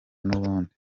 nubundi